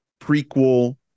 prequel